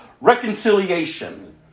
Reconciliation